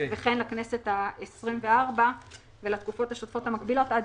וכן לכנסת ה-24 ולתקופות השוטפות המקבילות עד